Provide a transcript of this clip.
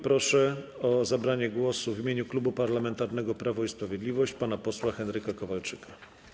Proszę o zabranie głosu w imieniu Klubu Parlamentarnego Prawo i Sprawiedliwość pana posła Henryka Kowalczyka.